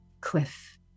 Cliff